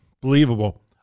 believable